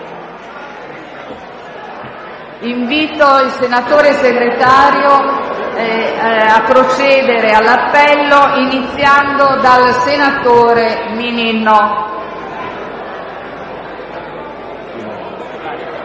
Invito il senatore Segretario a procedere all'appello, iniziando dal senatore Mininno.